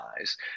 eyes